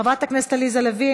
חברת הכנסת עליזה לביא,